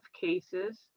cases